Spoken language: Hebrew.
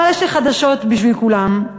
אבל יש לי חדשות בשביל כולם: